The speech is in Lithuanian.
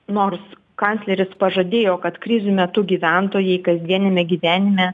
nors kancleris pažadėjo kad krizių metu gyventojai kasdienia gyvenime